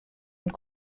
and